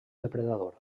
depredador